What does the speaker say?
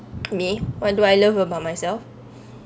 me what do I love about myself